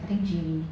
I think G_V